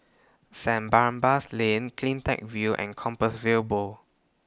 Saint Barnabas Lane CleanTech View and Compassvale Bow